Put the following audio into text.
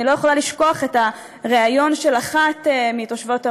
אני לא יכולה לשכוח את הריאיון של אחת מתושבות עמונה,